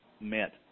met